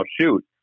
shoot